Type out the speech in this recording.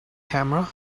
camera